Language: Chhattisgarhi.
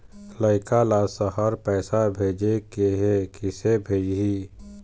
लइका ला शहर पैसा भेजें के हे, किसे भेजाही